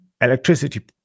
electricity